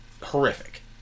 horrific